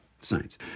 science